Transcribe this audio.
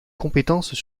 compétences